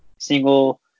Single